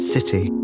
City